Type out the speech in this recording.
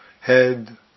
head